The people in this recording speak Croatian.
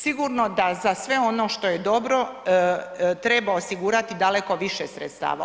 Sigurno da za sve ono što je dobro treba osigurati daleko više sredstava.